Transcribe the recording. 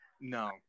No